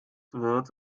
wird